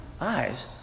eyes